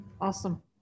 Awesome